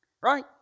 Right